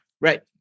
Right